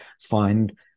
find